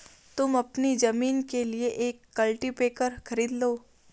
तुम अपनी जमीन के लिए एक कल्टीपैकर खरीद लो